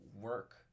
work